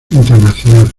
internacional